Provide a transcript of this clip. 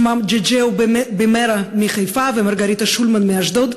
שמם ג'ג'או בימרו מחיפה ומרגריטה שולמן מאשקלון,